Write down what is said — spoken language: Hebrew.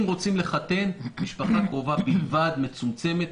אם רוצים לחתן משפחה קרובה בלבד, מצומצמת.